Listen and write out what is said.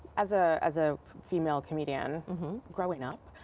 as ah as a female comedienne growing up,